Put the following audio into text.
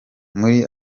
muri